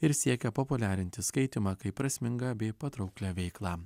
ir siekia populiarinti skaitymą kaip prasmingą bei patrauklią veiklą